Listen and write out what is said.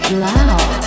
loud